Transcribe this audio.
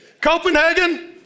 Copenhagen